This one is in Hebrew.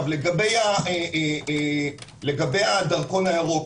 לגבי הדרכון הירוק.